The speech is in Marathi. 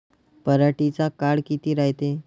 पराटीचा काळ किती रायते?